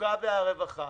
התעסוקה והרווחה